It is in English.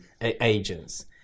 agents